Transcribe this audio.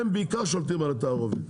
הם בעיקר שולטים על התערובת,